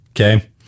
Okay